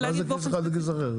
מה זה כיס אחד לכיס אחר?